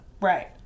Right